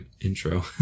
intro